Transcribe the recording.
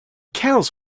cows